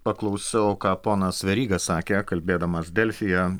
paklausiau ką ponas veryga sakė kalbėdamas delfyje